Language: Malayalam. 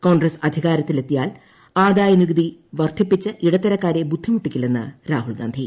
കോൺഗ്രസ് അധികാരത്തിൽ എത്തിയാൽ ആദായ നികുതി വർധിപ്പിച്ച് ഇടത്തരക്കാരെ ബുദ്ധിമുട്ടിക്കില്ലെന്ന് രാഹുൽഗാന്ധി